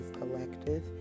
collective